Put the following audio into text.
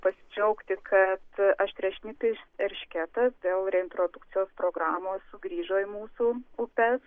pasidžiaugti kad aštriašnipis eršketas dėl reintrodukcijos programos sugrįžo į mūsų upes